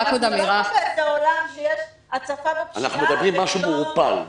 --- עולם יש הצפה בפשיעה --- אנחנו מדברים על משהו מעורפל,